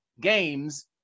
games